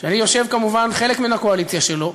שאני יושב, כמובן, חלק מן הקואליציה שלו,